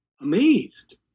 amazed